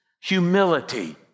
humility